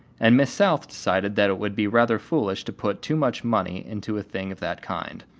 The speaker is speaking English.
and miss south decided that it would be rather foolish to put too much money into a thing of that kind.